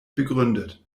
begründet